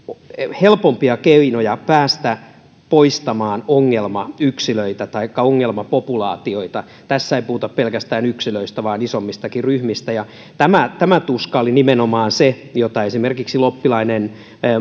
helpompia keinoja päästä poistamaan ongelmayksilöitä taikka ongelmapopulaatioita tässä ei puhuta pelkästään yksilöistä vaan isommistakin ryhmistä ja tämä tämä tuska oli nimenomaan se jota esimerkiksi loppilainen